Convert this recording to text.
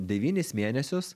devynis mėnesius